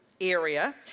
area